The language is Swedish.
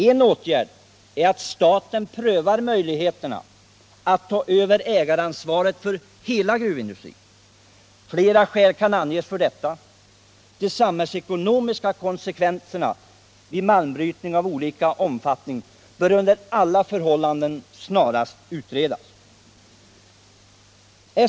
En åtgärd är att staten prövar möjligheterna att ta över ägaransvaret för hela gruvindustrin. Flera skäl kan anges för detta. De samhällsekonomiska konsekvenserna vid malmbrytning av olika omfattning bör under alla förhållanden snarast utredas.